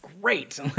great